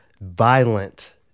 violent